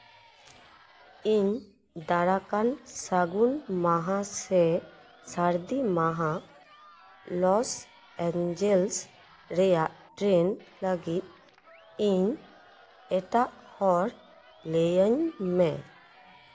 ᱤᱧ ᱫᱟᱨᱟᱠᱟᱱ ᱥᱟᱹᱜᱩᱱ ᱢᱟᱦᱟ ᱥᱮ ᱥᱟᱹᱨᱫᱤ ᱢᱟᱦᱟ ᱞᱚᱥ ᱮᱧᱡᱮᱞᱥ ᱨᱮᱭᱟᱜ ᱴᱨᱮᱹᱱ ᱞᱟᱹᱜᱤᱫ ᱤᱧ ᱮᱴᱟᱜ ᱦᱚᱨ ᱞᱟᱹᱭᱟᱹᱧ ᱢᱮ